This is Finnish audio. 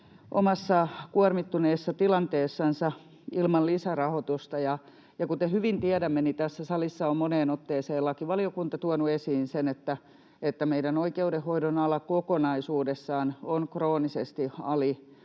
omassa kuormittuneessa tilanteessansa ilman lisärahoitusta, ja kuten hyvin tiedämme, niin tässä salissa on moneen otteeseen lakivaliokunta tuonut esiin sen, että meidän oikeudenhoidon ala kokonaisuudessaan on kroonisesti